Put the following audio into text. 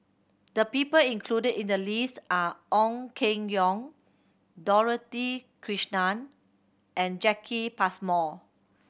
the people included in the list are Ong Keng Yong Dorothy Krishnan and Jacki Passmore